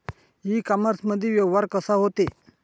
इ कामर्समंदी व्यवहार कसा होते?